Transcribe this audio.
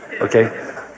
okay